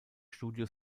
studio